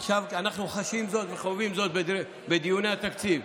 עכשיו אנחנו חשים זאת וחווים זאת בדיוני התקציב.